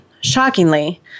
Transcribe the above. Shockingly